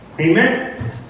Amen